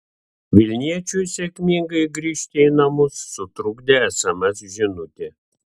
vilniečiui sėkmingai grįžti į namus sutrukdė sms žinutė